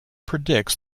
predicts